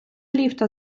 ліфта